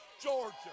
Georgia